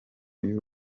y’u